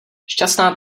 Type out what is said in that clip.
šťastná